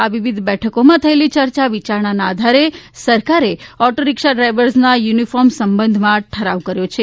આ વિવિધ બેઠકોમાં થયેલી ચર્ચા વિચારણાના આધારે સરકારે ઓટો રીક્ષા ડ્રાઈવર્સના યુનિફોર્મ સંબંધમાં ઠરાવ કર્યો છે